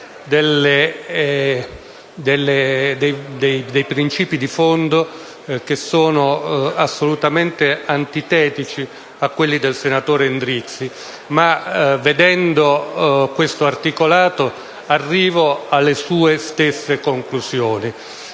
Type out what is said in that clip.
ho principi di fondo assolutamente antitetici a quelli del senatore Endrizzi, ma vedendo questo articolato arrivo alle sue stesse conclusioni.